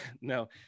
no